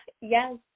Yes